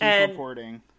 reporting